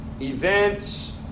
events